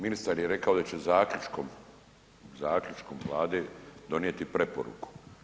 Ministar je rekao da će zaključkom, zaključkom Vlade donijeti preporuku.